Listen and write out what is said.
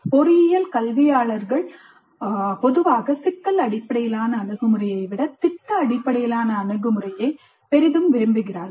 பொறியியல் கல்வியாளர்கள் பொதுவாக சிக்கல் அடிப்படையிலான அணுகு முறையை விட திட்ட அடிப்படையிலான அணுகுமுறையை விரும்புகிறார்கள்